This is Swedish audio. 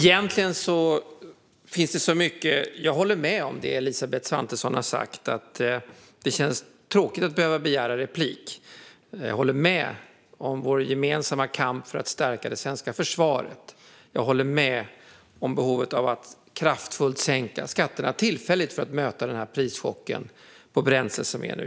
Herr talman! Jag håller med om det Elisabeth Svantesson har sagt, och det känns tråkigt att behöva begära replik. Jag håller med om vår gemensamma kamp för att stärka det svenska försvaret. Jag håller med om behovet av att kraftfullt sänka skatterna tillfälligt för att möta den nuvarande prischocken på bränsle.